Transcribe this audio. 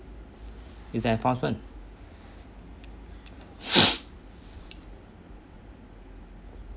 is an enforcement